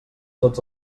tots